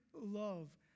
love